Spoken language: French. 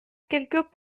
quelques